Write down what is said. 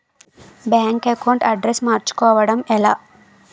Bank account address మార్చుకోవడం ఎలా?